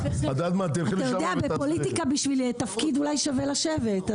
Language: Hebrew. אתה יודע, בפוליטיקה בשביל תפקיד אולי שווה לשבת.